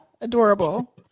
Adorable